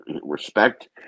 respect